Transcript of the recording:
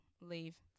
leave